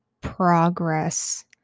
progress